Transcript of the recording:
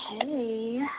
hey